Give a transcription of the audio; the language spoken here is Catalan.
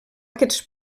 aquests